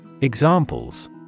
Examples